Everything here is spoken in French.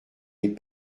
est